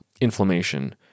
inflammation